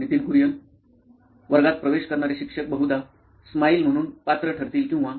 Nitin Kurian COO nine electronics वर्गात प्रवेश करणारे शिक्षक बहुधा स्माईल म्हणून पात्र ठरतील किंवा